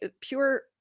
pure